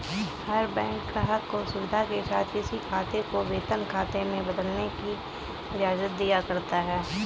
हर bank ग्राहक को सुविधा के साथ किसी खाते को वेतन खाते में बदलने की इजाजत दिया करता है